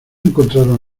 encontraron